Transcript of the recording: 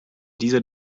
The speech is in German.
dieser